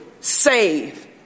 save